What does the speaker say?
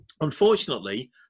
Unfortunately